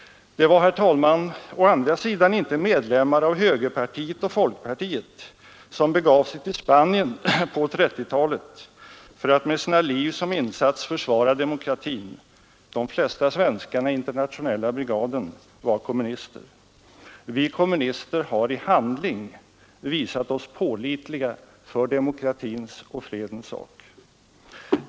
Det var, herr talman, å andra sidan inte medlemmar i högerpartiet och folkpartiet som begav sig till Spanien på 1930-talet för att med sina liv som insats försvara demokratin. De flesta svenskarna i internationella brigaden var kommunister. Vi kommunister har i handling visat oss pålitliga för demokratins och fredens sak.